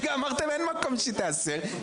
הרגע אמרת שאין מקום שהיא תיאסר,